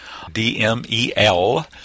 DMEL